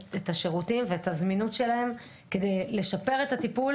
את השירותים ואת הזמינות שלהם כדי לשפר את היטפול